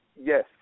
Yes